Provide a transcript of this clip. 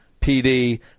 PD